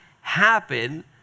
happen